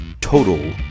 Total